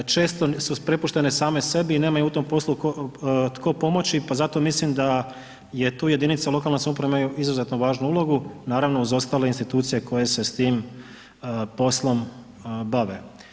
Često su prepuštene same sebi i nema im u tom poslu tko pomoći, pa zato mislim da tu jedinice lokalne samouprave imaju izuzetno važnu ulogu naravno uz ostale institucije koje se s tim poslom bave.